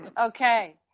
Okay